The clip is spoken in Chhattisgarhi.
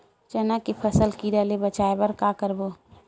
चना के फसल कीरा ले बचाय बर का करबो?